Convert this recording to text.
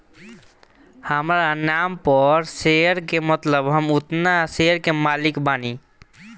हामरा नाम पर शेयर के मतलब हम ओतना शेयर के मालिक बानी